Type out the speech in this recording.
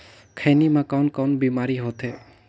खैनी म कौन कौन बीमारी होथे?